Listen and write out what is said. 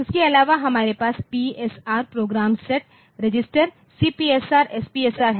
उसके आलावा हमारे पास PSR program set register CPSR SPSR है